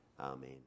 Amen